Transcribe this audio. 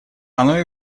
оно